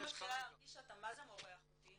אני מתחילה להרגיש שאתה מה זה מורח אותי.